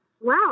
Wow